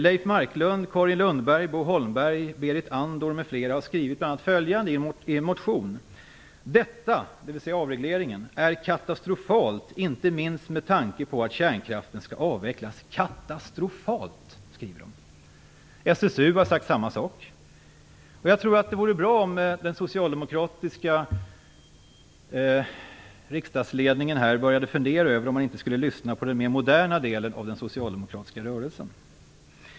Leif Marklund, Carin Lundberg, Bo Holmberg, Berit Andnor m.fl. har skrivit bl.a. följande i en motion: "Detta" - dvs. avregleringen - "är katastrofalt inte minst med tanke på att kärnkraften skall avvecklas." Katastrofalt, skriver de. SSU har sagt samma sak. Jag tror att det vore bra om den socialdemokratiska riksdagsledningen började fundera över om man inte skall lyssna på den mer moderna delen av den socialdemokratiska rörelsen.